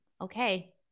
okay